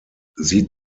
sie